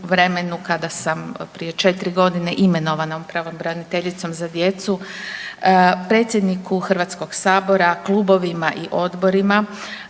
kada sam prije 4 g. imenovana pravobraniteljicom za djecu, predsjedniku Hrvatskog sabora, klubovima i odborima